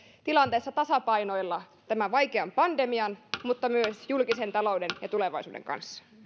tilanteessa tasapainoilla tämän vaikean pandemian mutta myös julkisen talouden ja tulevaisuuden kanssa